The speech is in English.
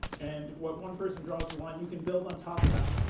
and what one person draws the line, you can build on top of that.